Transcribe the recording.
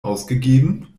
ausgegeben